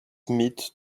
meet